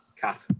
Cat